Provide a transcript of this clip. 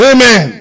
Amen